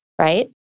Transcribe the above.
right